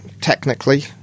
technically